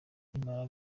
nimara